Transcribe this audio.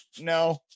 no